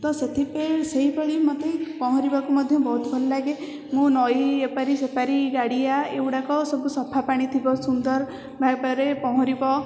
ତ ସେଥିପାଇଁ ସେହି ପାଣି ମୋତେ ପହଁରିବାକୁ ମଧ୍ୟ ବହୁତ ଭଲ ଲାଗେ ମୁଁ ନଈ ଏପାରି ସେପାରି ଗାଡ଼ିଆ ଏଗୁଡ଼ାକ ସବୁ ସଫା ପାଣି ଥିବ ସୁନ୍ଦର ଭାଇପାରେ ପହଁରିବ